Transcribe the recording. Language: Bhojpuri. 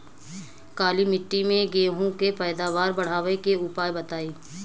काली मिट्टी में गेहूँ के पैदावार बढ़ावे के उपाय बताई?